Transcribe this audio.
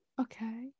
Okay